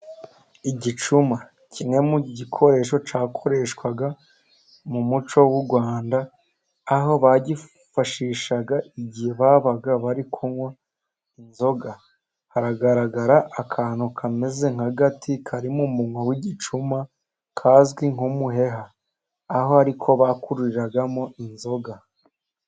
Igicuma kimwe mu gikoresho cyakoreshwaga mu muco w'u Rwanda, aho bacyifashishaga igihe babaga bari kunywa inzoga. haragaragara akantu kameze nk'agati kari mu munwa w'igicuma kazwi nk'umuheha, aho ariko bakururiragamo inzoga.